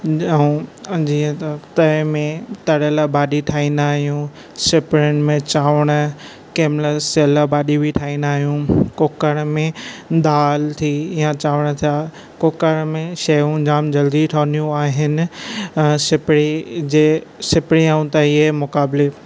ऐं जीअं त तए में तरियल भाॼी ठाहींदा आहियूं सुपिरीयुनि में चांवर कंहिं महिल सेएल भाॼी बि ठाहींदा आहियूं कुकर में दाल थी या चांवड़ थिया कुकर में शयूं जाम जल्दी ठहंदियूं आहिनि ऐं सिपड़ी जे सिपड़ी ऐं तए जे मुकाबले